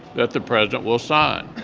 that the president will sign.